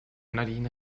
nadine